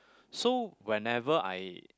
so whenever I